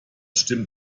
stimmt